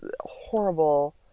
horrible